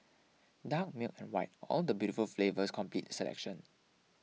dark milk and white all the beautiful flavours complete the selection